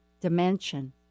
dimension